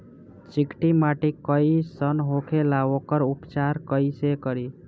चिकटि माटी कई सन होखे ला वोकर उपचार कई से करी?